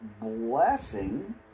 blessing